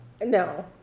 No